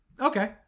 Okay